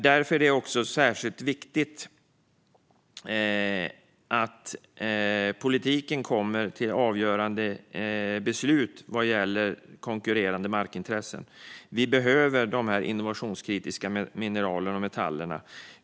Därför är det särskilt viktigt att politiken kommer till avgörande beslut vad gäller konkurrerande markintressen. Vi behöver de här innovationskritiska mineralen och metallerna.